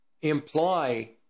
imply